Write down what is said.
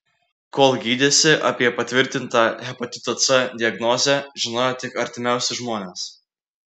kol gydėsi apie patvirtintą hepatito c diagnozę žinojo tik artimiausi žmonės